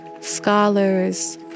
scholars